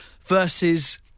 versus